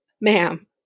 ma'am